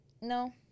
No